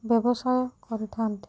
ବ୍ୟବସାୟ କରିଥାନ୍ତି